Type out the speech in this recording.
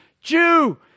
Jew